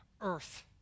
earth